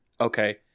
Okay